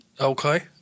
Okay